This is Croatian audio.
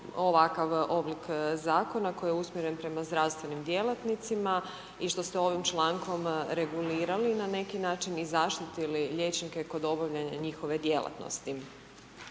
ovakav oblik zakona koji je usmjeren prema zdravstvenim djelatnicima i što ste ovim člankom regulirali na neki način i zaštitili liječnike kod obavljanja njihove djelatnosti.